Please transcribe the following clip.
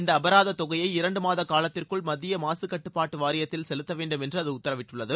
இந்த அபராத தொகையை இரண்டு மாத காலத்திற்குள் மத்திய மாக கட்டுப்பாட்டு வாரியத்தில் செலுத்த வேண்டும் என்று அது உத்தரவிட்டுள்ளது